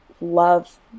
love